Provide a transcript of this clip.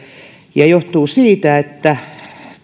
ja se johtuu siitä että